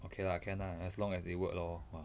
okay lah can ah as long as it work lor ah